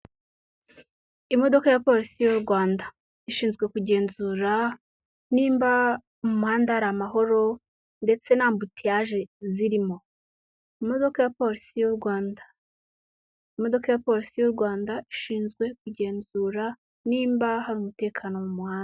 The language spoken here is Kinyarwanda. Imodoka ya polisi y'u Rwanda ishinzwe kugenzura nimba mu muhanda hari amahoro, ndetse nta ambutiyaje zirimo, imodoka ya polisi y'u Rwanda, imodoka ya polisi y'u Rwanda, ishinzwe kugenzura nimba hari umutekano mu muhanda.